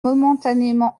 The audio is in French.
momentanément